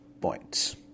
points